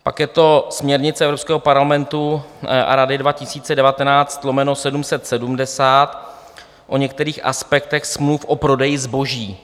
Pak je to směrnice Evropského parlamentu a Rady 2019/770 o některých aspektech smluv o prodeji zboží.